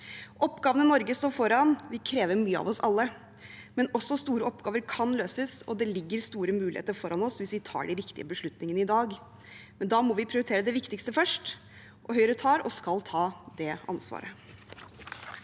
Oppgavene Norge står foran, vil kreve mye av oss alle, men også store oppgaver kan løses, og det ligger store muligheter foran oss hvis vi tar de riktige beslutningene i dag. Men da må vi prioritere det viktigste først. Høyre tar og skal ta det ansvaret.